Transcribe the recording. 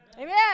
Amen